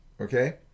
Okay